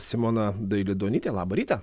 simona dailidonytė laba ryta